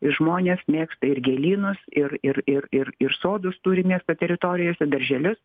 žmonės mėgsta ir gėlynus ir ir ir ir ir sodus turi miesto teritorijose darželius